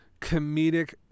comedic